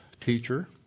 teacher